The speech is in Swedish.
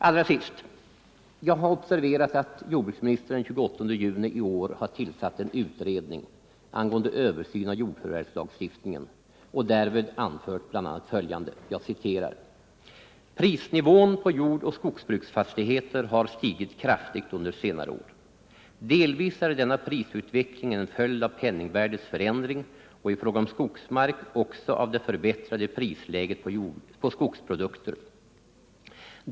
Allra sist har jag observerat att jordbruksministern den 28 juni i år | har tillsatt en utredning angående översyn av jordförvärvslagstiftningen I och därvid anfört bl.a. följande: ”Prisnivån på jordoch skogsbruksfastigheter har stigit kraftigt under senare år. Delvis är denna prisutveckling en följd av penningvärdets förändring och i fråga om skogsmark också av det förbättrade prisläget på skogsprodukter.